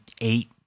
eight